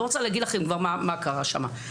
לא רוצה להגיד לך מה קרה שם.